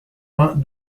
vingt